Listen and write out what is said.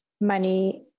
money